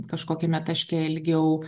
kažkokiame taške ilgiau